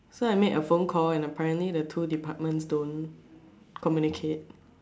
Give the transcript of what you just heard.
so I make a phone call and apparently the two departments don't communicate